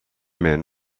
men